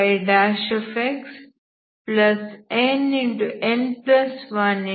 ϕx0 ಸಿಗುತ್ತದೆ